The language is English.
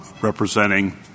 representing